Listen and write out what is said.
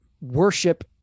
worship